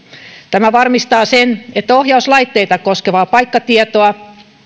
tämä varmistaa sen että ohjauslaitteita koskevaa paikkatietoa